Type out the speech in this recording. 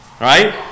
right